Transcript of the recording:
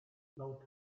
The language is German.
laut